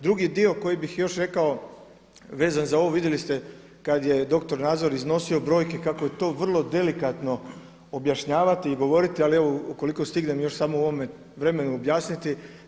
Drugi dio koji bih još rekao vezan za ovo vidjeli ste kada je dr. Nazor iznosio brojke kako je to vrlo delikatno objašnjavati i govorili ali evo koliko stignem još samo u ovome vremenu objasniti.